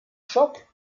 chocs